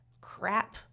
crap